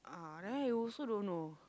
ah there you also don't know